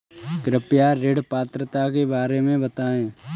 कृपया ऋण पात्रता के बारे में बताएँ?